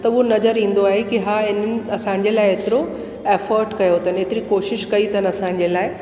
त उहो नज़र ईंदो आहे कि हा इन्हीअ असांजे लाइ एतिरो एफर्ट कयो अथनि एतिरी कोशिश कई अथनि असांजे लाइ